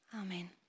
Amen